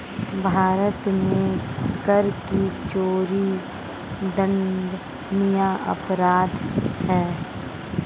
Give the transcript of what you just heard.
भारत में कर की चोरी दंडनीय अपराध है